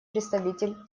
представитель